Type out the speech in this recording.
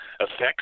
affects